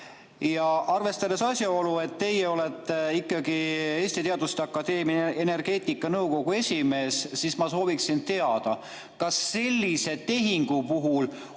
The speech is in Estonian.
Arvestades asjaolu, et teie olete ikkagi Eesti Teaduste Akadeemia energeetikanõukogu esimees, ma sooviksin teada, kas sellise tehingu puhul